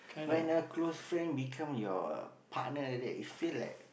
when a close friend become your partner that you feel like